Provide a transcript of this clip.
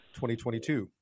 2022